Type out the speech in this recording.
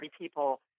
people